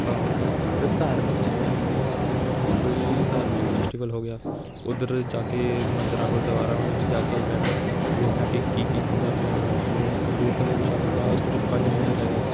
ਆਹ ਹੋ ਗਿਆ ਅਤੇ ਧਾਰਮਿਕ ਚੀਜ਼ਾਂ ਹੋ ਗਈਆਂ ਜਿਵੇਂ ਕੋਈ ਧਾਰਮਿਕ ਫੈਸਟੀਵਲ ਹੋ ਗਿਆ ਉੱਧਰ ਜਾ ਕੇ ਮੰਦਰਾਂ ਗੁਰਦੁਆਰਿਆਂ ਵਿੱਚ ਜਾ ਕੇ ਬਹਿਣਾ ਵੇਖਣਾ ਕਿ ਕੀ ਕੀ ਹੁੰਦਾ ਪਿਆ ਵਾ ਜਿਵੇਂ ਕਪੂਰਥਲੇ ਵਿੱਚ ਉਹਦਾ ਇੱਧਰ ਪੰਜ ਮੰਦਰ ਹੈਗਾ